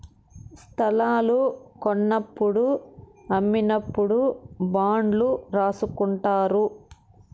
స్తలాలు కొన్నప్పుడు అమ్మినప్పుడు బాండ్లు రాసుకుంటారు